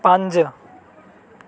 ਪੰਜ